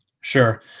Sure